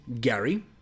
Gary